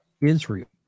Israel